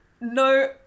no